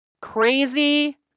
Crazy